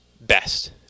best